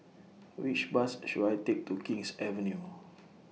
Which Bus should I Take to King's Avenue